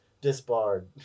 Disbarred